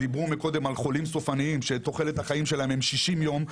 דיברו קודם על חולים סופניים שתוחלת החיים שלהם הם 60 יום,